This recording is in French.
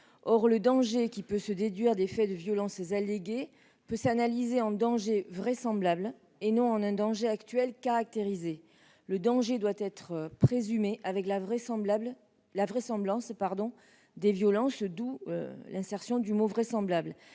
Or le danger qui peut se déduire des faits de violences allégués peut s'analyser en danger vraisemblable et non en danger actuel caractérisé. Le danger doit être présumé avec la vraisemblance des violences. Cet amendement, proposé par le